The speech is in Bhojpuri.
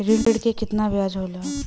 ऋण के कितना ब्याज होला?